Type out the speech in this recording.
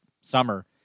summer